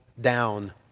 down